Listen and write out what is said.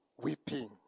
weeping